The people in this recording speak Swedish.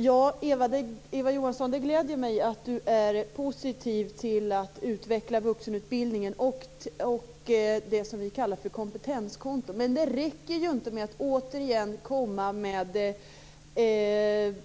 Fru talman! Det gläder mig att Eva Johansson är positiv till att utveckla vuxenutbildningen och det som vi kallar för kompetenskonto. Men det räcker inte med att återigen komma med